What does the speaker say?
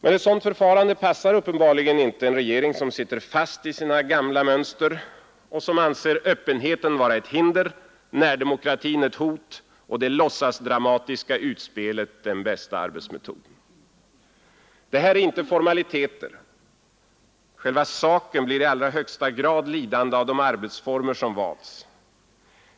Men ett sådant förfarande passar uppenbarligen inte en regering som sitter fast i sina gamla mönster och som anser öppenheten vara ett hinder, närdemokratin ett hot och det låtsasdramatiska utspelet den bästa arbetsmetoden. Detta är inte formaliteter. Själva saken blir i allra högsta grad lidande av de arbetsformer som valts.